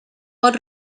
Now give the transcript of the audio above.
pot